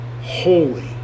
holy